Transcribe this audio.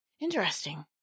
interesting